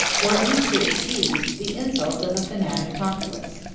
or at least to excuse, the insults of a fanatic populace.